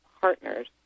partners